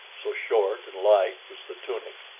so short and light was the tunic.